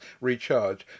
recharge